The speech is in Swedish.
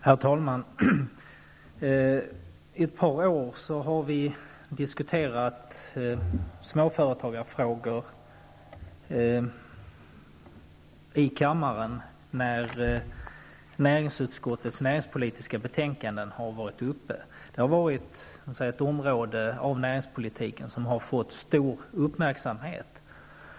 Herr talman! Under ett par år har vi diskuterat småföretagsfrågor i kammaren när näringsutskottets näringspolitiska betänkanden har varit uppe till behandling. Detta område av näringspolitiken har fått stor uppmärksamhet.